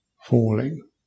falling